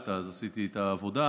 שאלת אז עשיתי את העבודה,